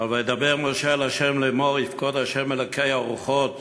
"וידבר משה אל ה' לאמור יפקד ה' אלוקי הרוחת